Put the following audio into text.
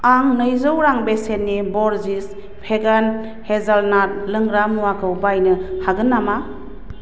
आं नैजौ रां बेसेननि ब'रजिस भेगान हेजालनात लोंग्रा मुवाखौ बायनो हागोन नामा